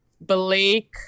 Blake